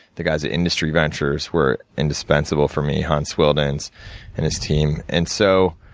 the guys at industry ventures were indispensable for me, hans willdens and his team. and so,